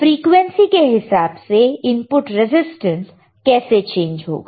frequency के हिसाब से इनपुट रेजिस्टेंस कैसे चेंज होगा